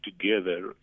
together